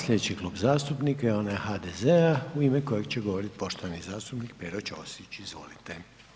Slijedeći Klub zastupnika je onaj HDZ-a u ime koje će govoriti poštovani zastupnik Pero Ćosić, izvolite.